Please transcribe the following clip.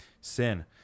sin